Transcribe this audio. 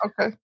Okay